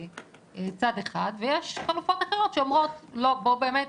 צד אחד ויש חלופות אחרות, שאומרות, בואו באמת,